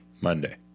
Monday